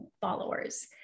followers